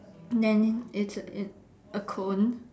then it's in a cone